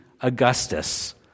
Augustus